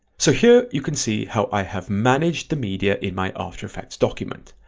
so here you can see how i have managed the media in my after effects document.